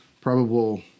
probable